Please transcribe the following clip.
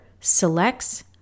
selects